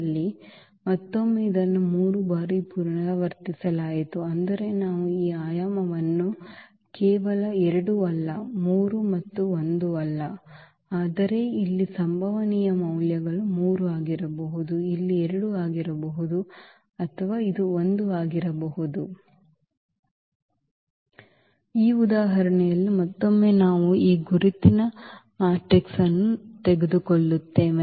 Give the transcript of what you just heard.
ಆದ್ದರಿಂದ ಮತ್ತೊಮ್ಮೆ ಇದನ್ನು 3 ಬಾರಿ ಪುನರಾವರ್ತಿಸಲಾಯಿತು ಆದರೆ ನಾವು ಈ ಆಯಾಮವನ್ನು ಕೇವಲ 2 ಅಲ್ಲ 3 ಮತ್ತು 1 ಅಲ್ಲ ಆದರೆ ಇಲ್ಲಿ ಸಂಭವನೀಯ ಮೌಲ್ಯಗಳು 3 ಆಗಿರಬಹುದು ಇಲ್ಲಿ 2 ಆಗಿರಬಹುದು ಆದರೆ ಇದು 1 ಆಗಿರಬಹುದು ಚೆನ್ನಾಗಿ ಈ ಉದಾಹರಣೆಯಲ್ಲಿ ಮತ್ತೊಮ್ಮೆ ನಾವು ಈ ಗುರುತಿನ ಮ್ಯಾಟ್ರಿಕ್ಸ್ ಅನ್ನು ತೆಗೆದುಕೊಳ್ಳುತ್ತೇವೆ